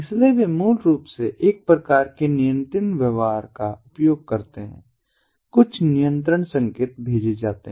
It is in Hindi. इसलिए वे मूल रूप से एक प्रकार के नियंत्रण व्यवहार का उपयोग करते हैं कुछ नियंत्रण संकेत भेजे जाते हैं